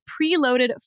preloaded